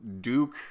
Duke